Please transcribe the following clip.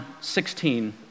16